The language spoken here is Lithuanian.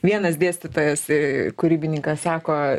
vienas dėstytojas kūrybininkas sako